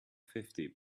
fifty